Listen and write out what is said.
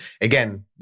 again